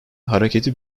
hareketi